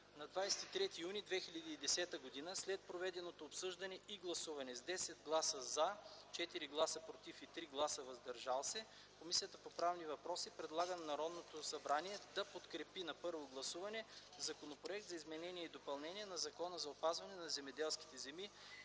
На 23 юни 2010 г., след проведеното обсъждане и гласуване с 10 гласа „за”, 4 гласа „против” и 3 гласа „въздържали се”, Комисията по правни въпроси предлага на Народното събрание да подкрепи на първо гласуване Законопроект за изменение и допълнение на Закона за опазване на земеделските земи,